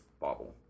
Bobble